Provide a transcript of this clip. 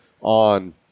on